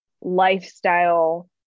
lifestyle